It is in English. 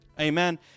Amen